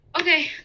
Okay